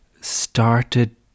started